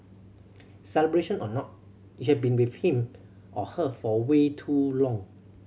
celebration or not you have been with him or her for way too long